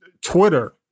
Twitter